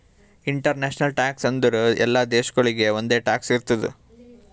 international tax ಅಂದುರ್ ಎಲ್ಲಾ ದೇಶಾಗೊಳಿಗ್ ಒಂದೆ ಟ್ಯಾಕ್ಸ್ ಇರ್ತುದ್